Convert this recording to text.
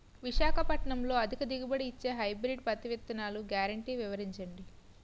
విశాఖపట్నంలో అధిక దిగుబడి ఇచ్చే హైబ్రిడ్ పత్తి విత్తనాలు గ్యారంటీ వివరించండి?